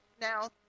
Now